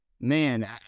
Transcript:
man